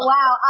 Wow